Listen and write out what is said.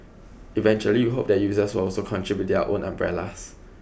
eventually we hope that users will also contribute their own umbrellas